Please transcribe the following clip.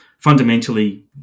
Fundamentally